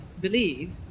believe